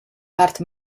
part